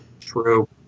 True